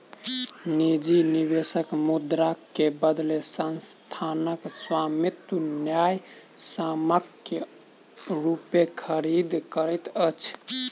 निजी निवेशक मुद्रा के बदले संस्थानक स्वामित्व न्यायसम्यक रूपेँ खरीद करैत अछि